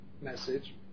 message